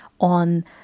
On